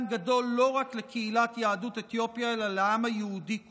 גדול לא רק לקהילת יהדות אתיופיה אלא לעם היהודי כולו.